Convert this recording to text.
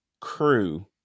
crew